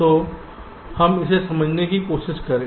तो हम इसे समझने की कोशिश करें